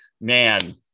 Man